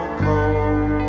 cold